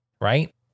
right